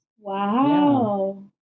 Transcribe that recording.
Wow